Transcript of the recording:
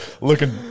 looking